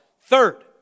Third